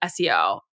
SEO